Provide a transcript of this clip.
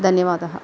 धन्यवादः